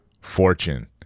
fortune